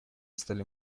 стали